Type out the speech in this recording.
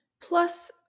plus